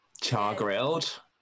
char-grilled